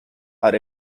are